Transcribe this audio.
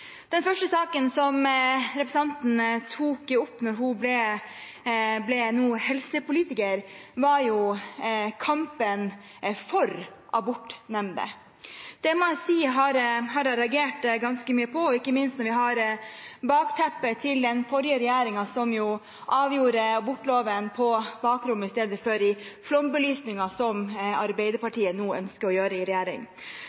representanten tok opp da hun ble helsepolitiker, var kampen for abortnemnder. Det må jeg si jeg reagerte ganske mye på, ikke minst når vi har bakteppet til den forrige regjeringen, som jo avgjorde abortloven på bakrommet i stedet for i